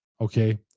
okay